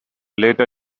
later